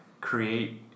create